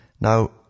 Now